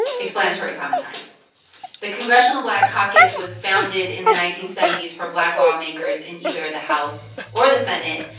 explanatory comma time the congressional black caucus was founded in the nineteen seventy s for black lawmakers in either the house or the senate.